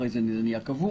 אחרי כן זה נהיה קבוע.